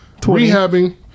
rehabbing